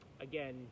again